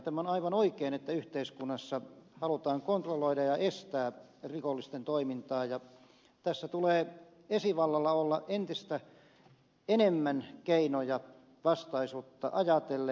on aivan oikein että yhteiskunnassa halutaan kontrolloida ja estää rikollisten toimintaa ja tässä tulee esivallalla olla entistä enemmän keinoja vastaisuutta ajatellen